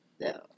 No